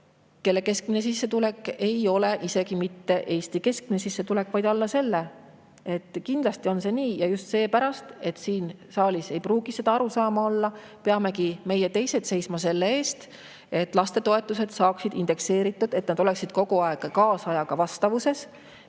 kelle keskmine sissetulek ei ole isegi mitte Eesti keskmine sissetulek, vaid alla selle. Kindlasti on see nii. Ja just seepärast, et siin saalis ei pruugi seda arusaama olla, peamegi meie, teised, seisma selle eest, et lastetoetused saaksid indekseeritud ja et need oleksid kogu aeg kaasajaga vastavuses,